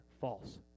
false